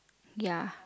ya